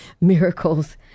miracles